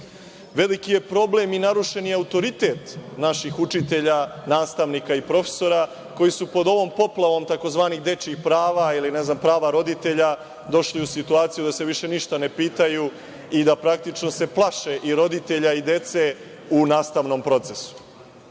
činimo. Veliki je problem i narušen je autoritet naših učitelja, nastavnika i profesora koji su pod ovom poplavom tzv. dečijih prava ili ne znam, prava roditelja došli u situaciju da se više ništa ne pitaju i da se praktično plaše roditelja i dece u nastavnom procesu.